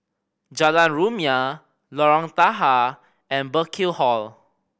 Jalan Rumia Lorong Tahar and Burkill Hall